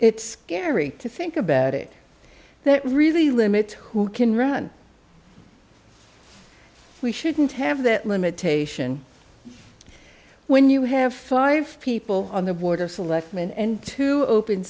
it's scary to think about it that really limits who can run we shouldn't have that limitation when you have five people on the board of selectmen and two open